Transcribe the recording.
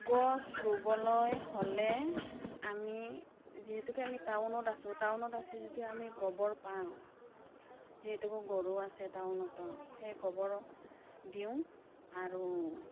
গছ ৰুবলৈ হ'লে আমি যিহেতুকে আমি টাউনত আছোঁ টাউনত আছোঁ যেতিয়া আমি গোবৰ পাওঁ যিহেতুকে গৰু আছে টাউনতো সেই গবৰ দিওঁ আৰু